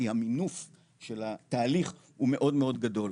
כי המינוף של התהליך הוא מאוד מאוד גדול,